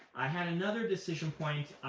i had another decision point